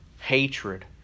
hatred